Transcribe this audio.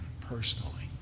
personally